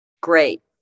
Great